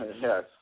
Yes